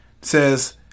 says